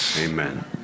amen